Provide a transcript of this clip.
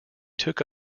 took